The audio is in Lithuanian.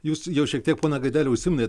jūs jau šiek tiek pone gaideli užsiminėt